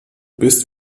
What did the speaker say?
bist